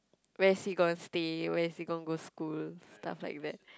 where is he going to stay where is he going to school stuff like that